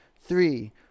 three